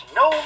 no